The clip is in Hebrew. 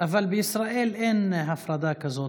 אבל בישראל אין הפרדה כזאת,